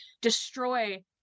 destroy